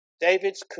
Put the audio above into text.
David's